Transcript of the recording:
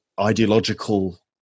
ideological